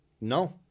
no